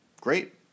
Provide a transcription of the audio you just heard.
great